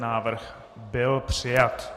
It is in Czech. Návrh byl přijat.